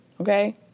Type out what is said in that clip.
okay